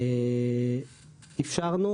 איפשרנו